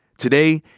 today,